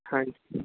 ਹਾਂਜੀ